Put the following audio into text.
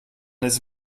his